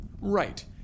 Right